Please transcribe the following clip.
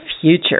future